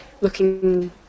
looking